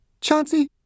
Chauncey